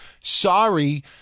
sorry